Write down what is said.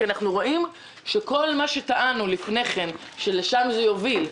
כי אנחנו רואים שכל מה שטענו לפני כן שלשם זה יוביל,